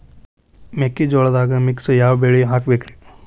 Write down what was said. ಮೆಕ್ಕಿಜೋಳದಾಗಾ ಮಿಕ್ಸ್ ಯಾವ ಬೆಳಿ ಹಾಕಬೇಕ್ರಿ?